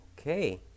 Okay